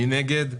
מי נגד?